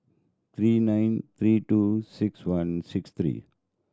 three nine three two six one six three